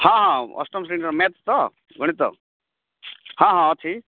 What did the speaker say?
ହଁ ହଁ ଅଷ୍ଟମ ଶ୍ରେଣୀ ର ମେଥ୍ ତ ଗଣିତ ହଁ ହଁ ଅଛି